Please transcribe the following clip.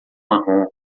marrom